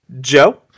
Joe